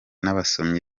n’abasomyi